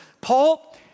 Paul